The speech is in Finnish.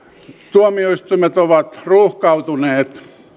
tuomioistuimet ovat ruuhkautuneet